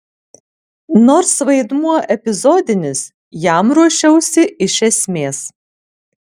nors vaidmuo epizodinis jam ruošiausi iš esmės